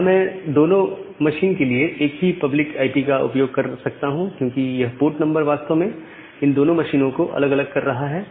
यहां मैं दोनों मशीन के लिए एक ही पब्लिक आईपी का उपयोग कर सकता हूं क्योंकि यह पोर्ट नंबर वास्तव में इन दोनों मशीनों को अलग कर रहा है